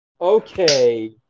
Okay